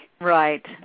Right